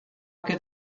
could